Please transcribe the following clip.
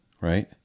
right